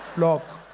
block,